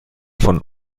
von